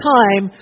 time